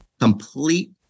complete